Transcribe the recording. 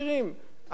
אף אחד לא התנגד.